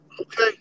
Okay